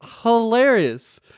hilarious